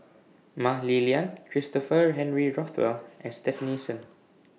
Mah Li Lian Christopher Henry Rothwell and Stefanie Sun